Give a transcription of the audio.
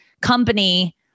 company